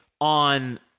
on